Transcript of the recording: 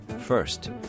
First